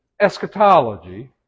eschatology